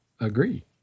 agree